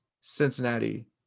Cincinnati